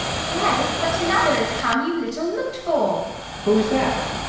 yes but another is come, you little look'd for who's that?